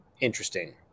interesting